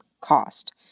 cost